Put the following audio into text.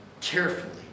carefully